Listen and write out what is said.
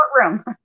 Courtroom